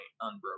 unbroken